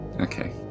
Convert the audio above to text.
Okay